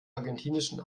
argentinischen